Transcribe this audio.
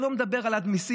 אני לא מדבר על העלאת מיסים.